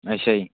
ਅੱਛਾ ਜੀ